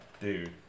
Dude